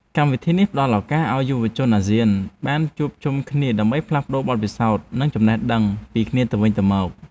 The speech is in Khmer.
កម្មវិធីនេះផ្តល់ឱកាសឱ្យយុវជនអាស៊ានបានជួបជុំគ្នាដើម្បីផ្លាស់ប្តូរបទពិសោធន៍និងចំណេះដឹងពីគ្នាទៅវិញទៅមក។